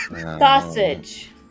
Sausage